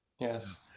Yes